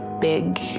big